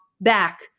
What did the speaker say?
back